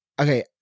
okay